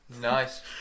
Nice